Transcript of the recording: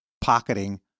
pocketing